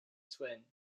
twin